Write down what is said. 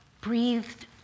breathed